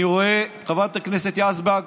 אני רואה את חברת הכנסת יזבק.